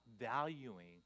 valuing